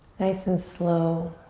nice and slow,